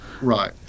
Right